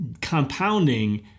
compounding